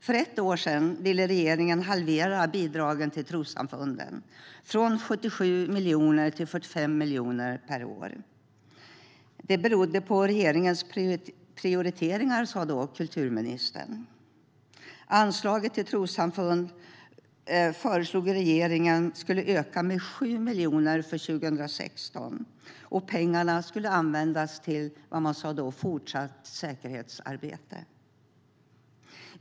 För ett år sedan ville regeringen halvera bidraget till trossamfunden, från 77 miljoner till 45 miljoner per år. Det berodde på regeringens prioriteringar, sa kulturministern då. Regeringen föreslog att anslaget till trossamfunden skulle öka med 7 miljoner för 2016, och de pengarna skulle användas för fortsatt säkerhetsarbete.